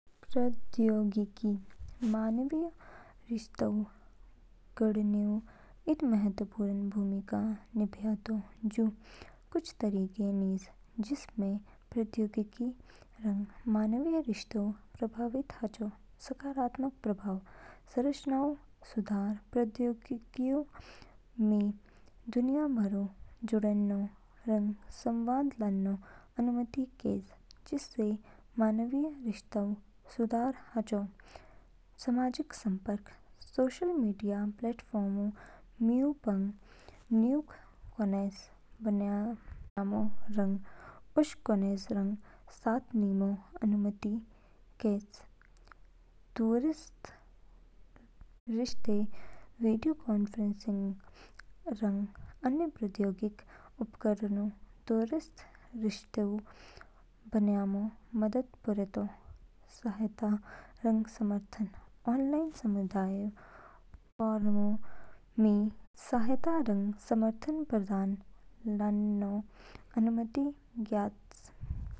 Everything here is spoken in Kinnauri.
प्रौद्योगिकी मानवीय रिश्तोंऊ गढ़नेऊ इद महत्वपूर्ण भूमिका निभायातो जू कुछ तरीके निज जिनसे प्रौद्योगिकी रंग मानवीय रिश्तों प्रभावित हाचो। सकारात्मक प्रभाव, संचारऊ सुधारप्रौद्योगिकीऊ मी दुनिया भरऊ जुडडेनो रंग संवाद लानो अनुमति कैज, जिससे मानवीय रिश्तोंऊ सुधार हाचो। सामाजिक संपर्क, सोशल मीडिया प्लेटफॉर्म्सऊ मीऊ पंग नयूग कोनेस बनयामो रंग उशक कोनया रंग साथ निमो अनुमति क कैच। दूरस्थ रिश्ते वीडियो कॉन्फ्रेंसिंग रंग अन्य प्रौद्योगिकी उपकरणोंऊ दूरस्थ रिश्तोंऊ बनयाम मदद पोरेतो। सहायता रंग समर्थन ऑनलाइन समुदायोंऊ फोरमों मिऊ सहायता रंग समर्थन प्रदान लानो अनुमति ज्ञयाच।